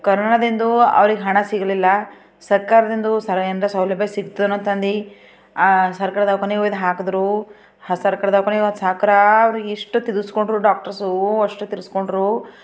ಕರೋನದಿಂದ ಅವರಿಗೆ ಹಣ ಸಿಗಲಿಲ್ಲ ಸರ್ಕಾರದಿಂದ್ಲೂ ಸಲಹೆಯಿಂದ ಸೌಲಭ್ಯ ಸಿಗ್ತದೆ ಅನ್ನೊಂಥದ್ದು ಸರ್ಕಾರದವರು ಕೊನೆಗೂ ಇದು ಹಾಕಿದರು ಹಾ ಸರ್ಕಾರದವರು ಕೊನೆಗೂ ಅದು ಸಹಕಾರ ಅವರಿಗೆ ಎಷ್ಟು ತೀರಿಸ್ಕೊಂಡರು ಡಾಕ್ಟ್ರುಸೂ ಅಷ್ಟು ತೀರಿಸಿಕೊಂಡ್ರು